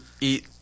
eat